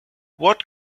what